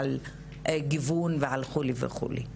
על גיוון וכולי וכולי.